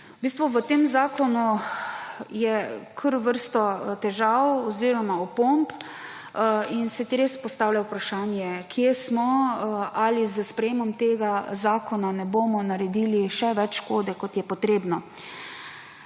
v tem zakonu je kar vrsto težav oziroma opomb in se res postavlja vprašanje, kje smo. Ali s sprejemom tega zakona ne bomo naredili še več škode, kot je potrebno?